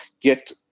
get